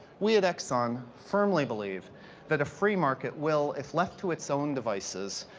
we at exxon firmly believe that a free market will, if left to its own devices,